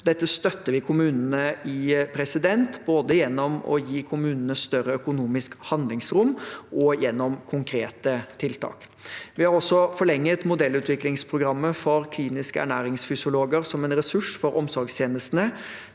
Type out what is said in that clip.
Dette støtter vi kommunene i, både gjennom å gi kommunene større økonomisk handlingsrom og gjennom konkrete tiltak. Vi har også forlenget modellutviklingsprogrammet for klinisk ernæringsfysiolog som ressurs for omsorgstjenestene,